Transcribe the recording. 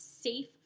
safe